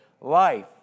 life